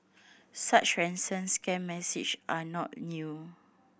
such ransom scam message are not new